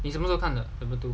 你什么时候看的懂那么多